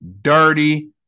dirty